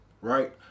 right